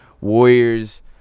Warriors